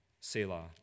Selah